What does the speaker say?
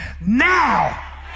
now